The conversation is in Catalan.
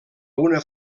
una